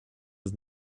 his